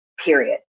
period